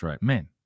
men